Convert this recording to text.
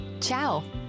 ciao